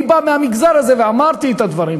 אני בא מהמגזר הזה ואמרתי את הדברים,